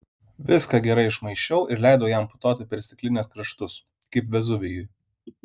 viską gerai išmaišiau ir leidau jam putoti per stiklinės kraštus kaip vezuvijui